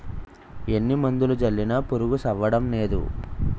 ఎన్ని మందులు జల్లినా పురుగు సవ్వడంనేదు